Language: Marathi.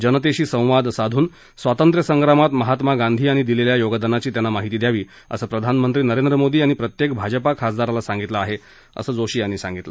जनतेशी संवाद साधून स्वातंत्र्यसंग्रामात महात्मा गांधी यांनी दिलेल्या योगदानाची त्यांना माहिती द्यावी असं प्रधानमंत्री नरेंद्र मोदी यांनी प्रत्येक भाजपा खासदाराला सांगितलं आहे असं जोशी म्हणाले